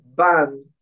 ban